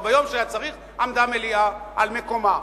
וביום שהיה צריך עמדה מליאה על מקומה.